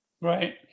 Right